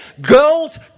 Girls